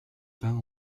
peint